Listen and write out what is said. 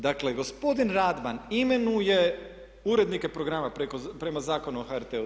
Dakle, gospodin Radman imenuje urednike programa prema Zakonu o HRT-u.